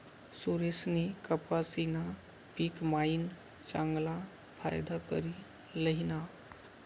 सुरेशनी कपाशीना पिक मायीन चांगला फायदा करी ल्हिना